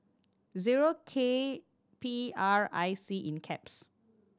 zero K P R I C